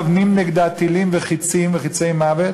אתם השתמשתם בזיכרון שלכם על מוות